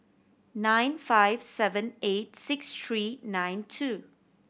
nine five seven eight six three nine two